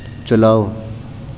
چلاؤ